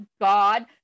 god